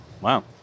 wow